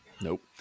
Nope